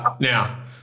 now